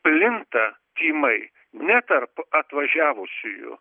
plinta tymai ne tarp atvažiavusiųjų